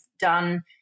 done